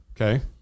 Okay